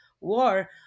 war